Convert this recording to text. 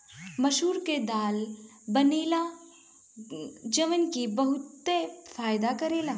मसूर के दाल बनेला जवन की बहुते फायदा करेला